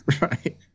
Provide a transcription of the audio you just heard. Right